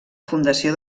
fundació